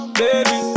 baby